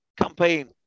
campaign